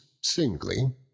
singly